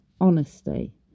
honesty